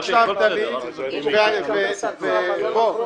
וכבוד זה עניין הדדי.